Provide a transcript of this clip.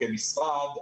כמשרד,